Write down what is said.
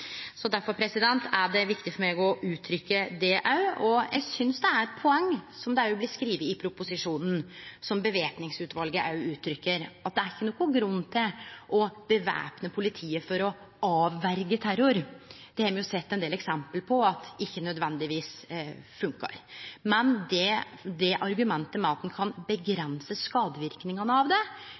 er det viktig for meg å uttrykkje det òg. Eg synest det er eit poeng, som det står i proposisjonen, og som òg væpningsutvalet gjev uttrykk for, at det ikkje er nokon grunn til å væpne politiet for å avverje terror. Me har sett ein del eksempel på at det ikkje nødvendigvis funkar. Men det argumentet at ein kan avgrense skadeverknadane av det,